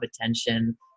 attention